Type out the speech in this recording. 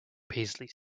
paisley